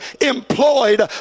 employed